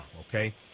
Okay